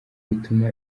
bituma